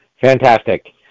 Fantastic